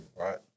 right